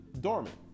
dormant